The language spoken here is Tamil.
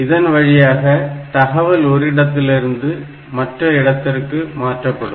இதன் வழியாக தகவல் ஒரு இடத்திலிருந்து மற்ற இடத்திற்கு மாற்றப்படும்